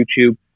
YouTube